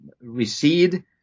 recede